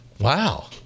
Wow